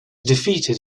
defeated